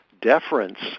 deference